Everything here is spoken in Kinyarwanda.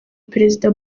perezida